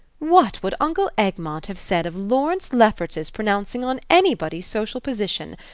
what would uncle egmont have said of lawrence lefferts's pronouncing on anybody's social position?